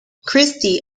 christie